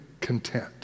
content